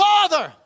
Father